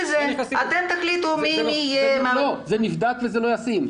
זה נבדק וזה לא ישים.